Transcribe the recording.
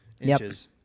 inches